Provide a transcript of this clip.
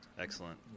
excellent